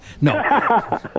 No